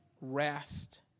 rest